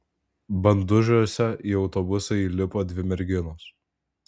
bandužiuose į autobusą įlipo dvi merginos